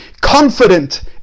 confident